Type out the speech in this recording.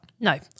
no